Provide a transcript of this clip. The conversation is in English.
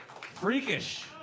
Freakish